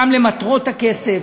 גם במטרות הכסף,